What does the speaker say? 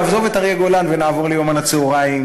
נעזוב את אריה גולן ונעבור ל"יומן הצהריים".